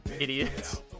Idiots